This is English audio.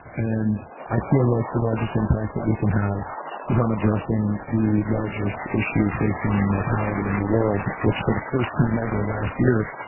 and i feel like the largest impact that we can have is on addressing the largest issue facing mortality in the world, which for the first time ever last year,